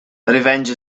revenge